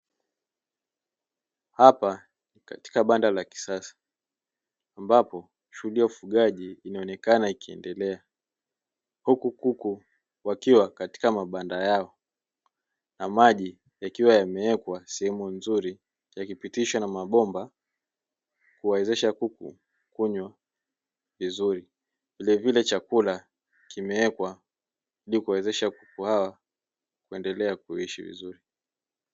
Hapa katika banda la kisasa ambapo shughuli ya ufugaji inaonekana ikiendelea huku kuku wakiwa katika mabanda yao na maji yakiwa yamewekwa sehemu nzuri, yakipitisha na mabomba kuwawezesha kuku kunywa vizuri vilevile chakula kimewekwa ili kuwawezesha kuku hawa kuendelea kuishi vizuri.